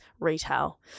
retail